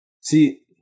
See